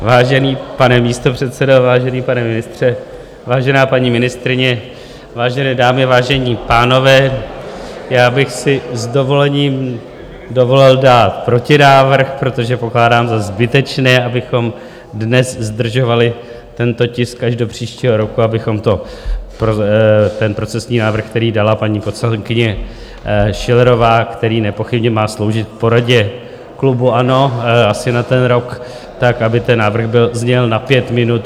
Vážený pane místopředsedo, vážený pane ministře, vážená paní ministryně, vážené dámy, vážení pánové, já bych si s dovolením dovolil dát protinávrh, protože pokládám za zbytečné, abychom dnes zdržovali tento tisk až do příštího roku, abychom to pro ten procesní návrh, který dala paní poslankyně Schillerová, který nepochybně má sloužit poradě klubu ANO asi na ten rok, tak aby ten návrh byl, zněl na pět minut.